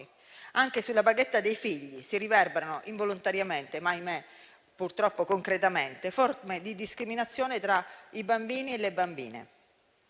Anche sulla paghetta dei figli si riverberano, involontariamente ma purtroppo concretamente, forme di discriminazione tra i bambini e le bambine.